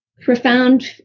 profound